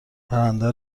پرنده